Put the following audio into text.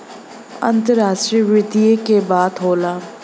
अंतराष्ट्रीय वित्त के बात होला